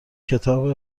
کتاب